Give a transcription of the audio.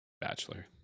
Bachelor